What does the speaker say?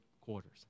quarters